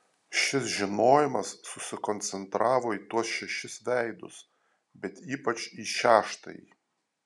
šis žinojimas susikoncentravo į tuos šešis veidus bet ypač į šeštąjį